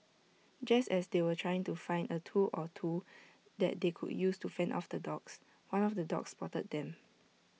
just as they were trying to find A tool or two that they could use to fend off the dogs one of the dogs spotted them